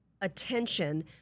attention